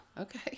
okay